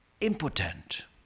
impotent